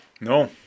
No